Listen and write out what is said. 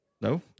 No